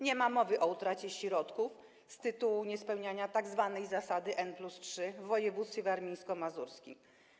Nie ma mowy o utracie środków z tytułu niespełniania tzw. zasady n+3 w województwie warmińsko-mazurskim.